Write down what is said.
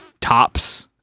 tops